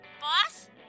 Boss